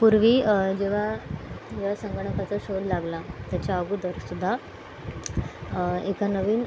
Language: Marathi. पूर्वी जेव्हा या संगणकाचा शोध लागला त्याच्या अगोदर सुद्धा एका नवीन